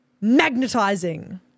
magnetizing